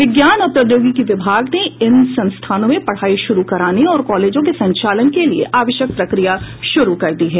विज्ञान और प्रावैद्यिकी विभाग ने इन संस्थानों में पढ़ाई शुरू कराने और कॉलेजों के संचालन के लिये आवश्यक प्रक्रिया शुरू कर दी है